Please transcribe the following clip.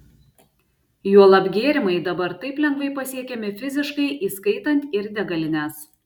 juolab gėrimai dabar taip lengvai pasiekiami fiziškai įskaitant ir degalines